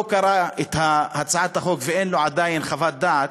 קרא את הצעת החוק ואין לו עדיין חוות דעת,